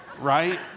right